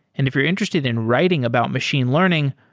and if you're interested in writing about machine learning,